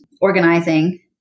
organizing